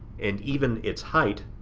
and even its height